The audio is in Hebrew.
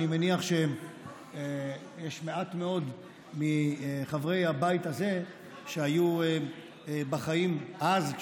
אני מניח שיש מעט מאוד מחברי הבית הזה שהיו בחיים אז,